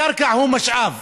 הקרקע היא משאב.